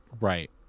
Right